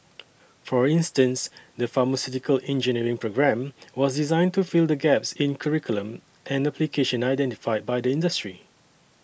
for instance the pharmaceutical engineering programme was designed to fill the gaps in curriculum and application identified by the industry